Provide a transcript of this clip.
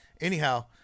Anyhow